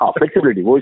flexibility